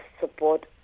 support